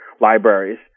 libraries